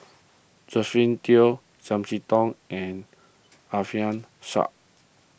Josephine Teo Chiam See Tong and Alfian Sa'At